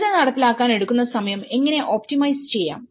പദ്ധതി നടപ്പിലാക്കാൻ എടുക്കുന്ന സമയം എങ്ങനെ ഒപ്റ്റിമൈസ് ചെയ്യാം